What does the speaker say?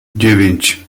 dziewięć